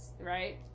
right